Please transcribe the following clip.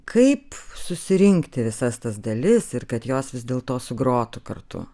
kaip susirinkti visas tas dalis ir kad jos vis dėl to sugrotų kartu